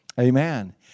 Amen